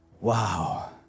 wow